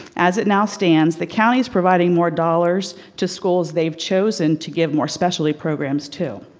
as it now stands, the county is providing more dollars to schools they've chosen to give more specialty programs to.